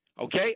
Okay